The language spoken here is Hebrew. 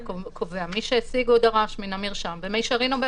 מי שהשיג או דרש מן המרשם, במישרין או בעקיפין,